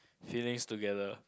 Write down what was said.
feelings together